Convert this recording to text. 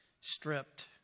stripped